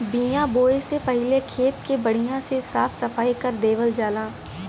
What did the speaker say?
बिया बोये से पहिले खेत के बढ़िया से साफ सफाई कर देवल जाला